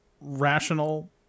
rational